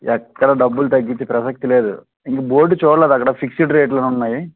ఎక్కడ డబ్బులు తగ్గించే ప్రసక్తిలేదు మీరు బోర్డు చూడలేదా అక్కడ ఫిక్సడ్ రేట్లు అని ఉన్నాయి